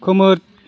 खोमोर